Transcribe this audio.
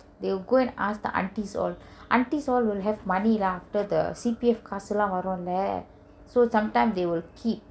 they will go and ask the aunties all aunties all will have money lah after the C_P_F காசல்லாம் வருல:kasallam varula so sometimes they will keep